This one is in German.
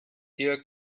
ihr